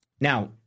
Now